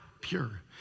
pure